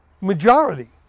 majority